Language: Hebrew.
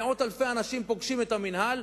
מאות-אלפי אנשים פוגשים את המינהל,